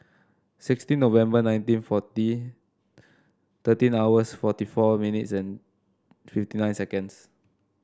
sixteen November nineteen forty thirteen hours forty four minutes and fifty nine seconds